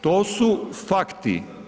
To su fakti.